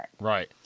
Right